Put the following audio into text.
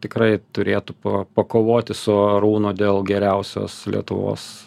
tikrai turėtų pa pakovoti su arūnu dėl geriausios lietuvos